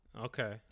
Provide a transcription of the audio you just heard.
Okay